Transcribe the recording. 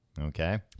Okay